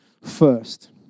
first